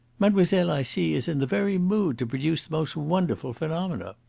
mademoiselle, i see, is in the very mood to produce the most wonderful phenomena.